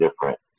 different